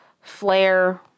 flare